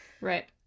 Right